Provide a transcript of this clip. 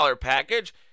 package